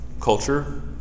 culture